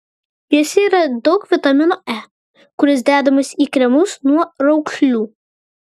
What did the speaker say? juose yra daug vitamino e kuris dedamas į kremus nuo raukšlių